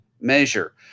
measure